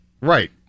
Right